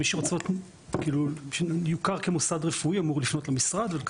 מי שרוצה להיות מוכר כמוסד רופאי אמור לפנות למשרד.